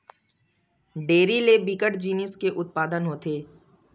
dairy ले बिकट जिनिस के उत्पादन होथे